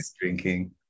drinking